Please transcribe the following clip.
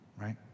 right